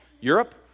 Europe